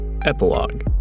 epilogue